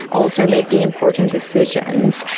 also making important decisions.